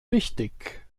wichtig